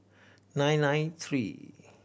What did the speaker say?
nine nine three